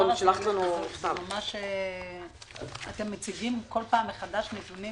הדבר הזה, אתם מציגים כל פעם מחדש נתונים